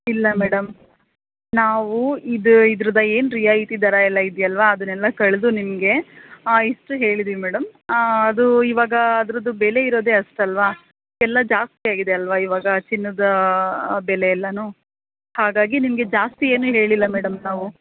ಇಲ್ಲ ಮೇಡಮ್ ನಾವು ಇದು ಇದ್ರದ್ದು ಏನು ರಿಯಾಯಿತಿ ದರಯಲ್ಲ ಇದಿಯಲ್ಲವಾ ಅದನೆಲ್ಲ ಕಳೆದು ನಿಮಗೆ ಇಷ್ಟು ಹೇಳಿದೀವಿ ಮೇಡಮ್ ಅದು ಇವಾಗಾ ಅದರದ್ದು ಬೆಲೆ ಇರೋದೆ ಅಷ್ಟು ಅಲ್ಲವ ಎಲ್ಲ ಜಾಸ್ತಿ ಆಗಿದೆ ಅಲ್ಲವ ಇವಾಗ ಚಿನ್ನದ ಬೆಲೆ ಎಲ್ಲನು ಹಾಗಾಗಿ ನಿಮಗೆ ಜಾಸ್ತಿ ಏನು ಹೇಳಿಲ್ಲ ಮೇಡಮ್ ನಾವು